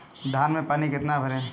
धान में पानी कितना भरें?